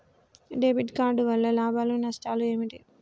Debit card వల్ల లాభాలు నష్టాలు ఏమిటి?